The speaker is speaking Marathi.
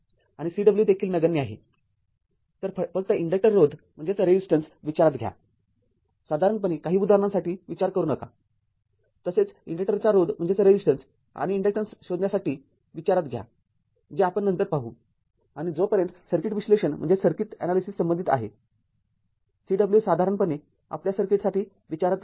तर फक्त इन्डक्टर रोध विचारात घ्यासाधारणपणे काही उदाहरणांसाठी विचार करू नका तसेच इन्डक्टरचा रोध आणि इन्डक्टन्स शोधण्यासाठी विचारात घ्या जे आपण नंतर पाहू आणि जोपर्यंत सर्किट विश्लेषण संबंधित आहे Cw साधारणपणे आपल्या सर्किटसाठी विचारात घेऊ नका